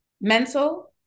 Mental